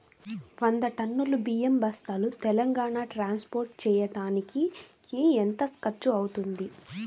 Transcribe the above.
వంద టన్నులు బియ్యం బస్తాలు తెలంగాణ ట్రాస్పోర్ట్ చేయటానికి కి ఎంత ఖర్చు అవుతుంది?